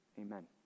Amen